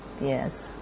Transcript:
yes